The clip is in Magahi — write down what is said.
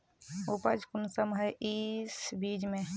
उपज कुंसम है इस बीज में?